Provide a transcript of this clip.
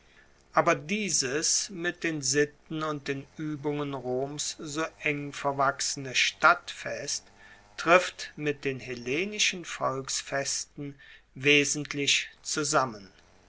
aber dieses mit den sitten und den uebungen roms so eng verwachsene stadtfest trifft mit den hellenischen volksfesten wesentlich zusammen